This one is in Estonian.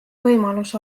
võimalus